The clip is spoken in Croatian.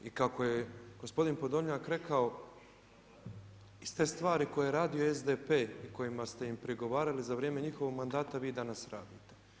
I kako je gospodin Podolnjak rekao iste stvari koje je radio SDP i kojima ste im prigovarali za vrijeme njihovog mandata vi danas radite.